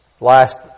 Last